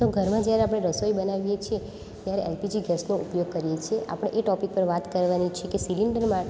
તો ઘરમાં જ્યારે આપણે રસોઈ બનાવીએ છીએ ત્યારે એલપીજી ગેસનો ઉપયોગ કરીએ છીએ આપણે એ ટોપિક પર વાત કરવાની છે કે સિલિન્ડરમાં